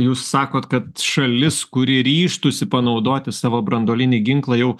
jūs sakot kad šalis kuri ryžtųsi panaudoti savo branduolinį ginklą jau